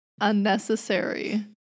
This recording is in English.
unnecessary